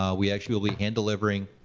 um we actually will be hand delivering,